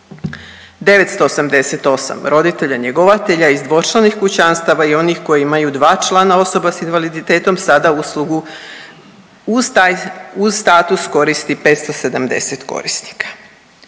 988 roditelja-njegovatelja iz dvočlanih kućanstava i onih koji imaju dva člana osoba sa invaliditetom sada uslugu uz taj status koristi 570 korisnika.